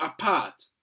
apart